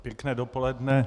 Pěkné dopoledne.